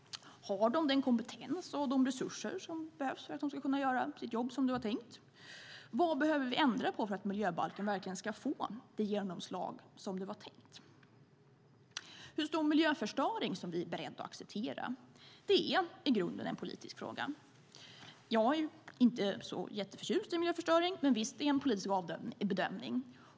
Har de den kompetens och de resurser som behövs för att de ska kunna göra sitt jobb som det var tänkt? Vad behöver vi ändra på för att miljöbalken verkligen ska få det genomslag som det var tänkt? Hur stor miljöförstöring vi är beredda att acceptera är i grunden en politisk fråga. Jag är inte så förtjust i miljöförstöring, men det är en politisk bedömning.